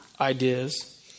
Ideas